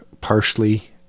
partially